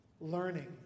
learning